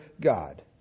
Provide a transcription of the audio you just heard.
God